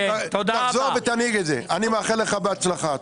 תחזור ותנהיג את זה, ואני מאחל לך בהצלחה.